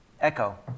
Echo